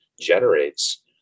generates